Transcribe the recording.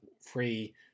free